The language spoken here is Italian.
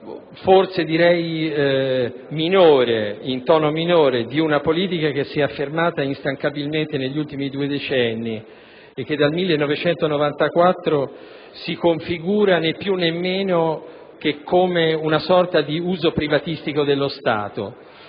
forse in tono minore, di una politica che si è affermata instancabilmente negli ultimi due decenni e che dal 1994 si configura, né più né meno, come una sorta di uso privatistico dello Stato.